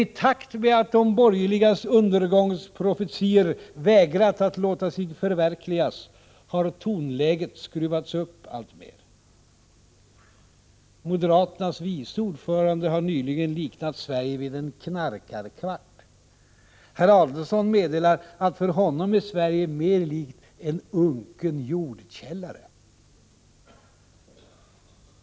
I takt med att de borgerligas undergångsprofetior vägrat att låta sig förverkligas har tonläget skruvats upp alltmer. Moderaternas vice ordförande har nyligen liknat Sverige vid en ”knarkarkvart”. Herr Adelsohn meddelar att för honom är Sverige mer likt ”en unken jordkällare”.